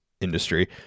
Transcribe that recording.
industry